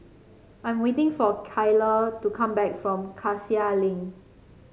I'm waiting for Kyler to come back from Cassia Link